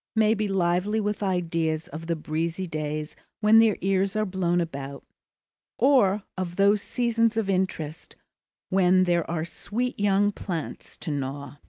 may be lively with ideas of the breezy days when their ears are blown about or of those seasons of interest when there are sweet young plants to gnaw.